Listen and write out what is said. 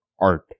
art